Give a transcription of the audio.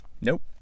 Nope